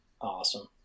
awesome